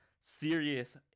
serious